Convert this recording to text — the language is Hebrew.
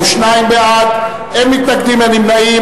42 בעד, אין מתנגדים ואין נמנעים.